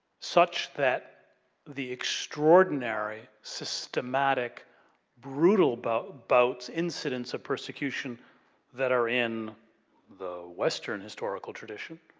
such that the extraordinary systematic brutal but bouts, incidents of persecution that are in the western historical tradition